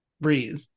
breathe